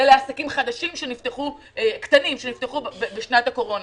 ולעסקים קטנים חדשים שנפתחו בשנת הקורונה.